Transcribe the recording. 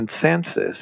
consensus